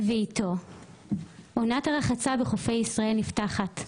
ואתו עונת הרחצה בחופי ישראל נפתחת.